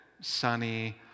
Sunny